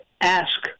ask